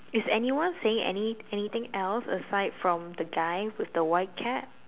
is anyone saying any anything else aside from the guy with the white cap